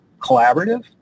collaborative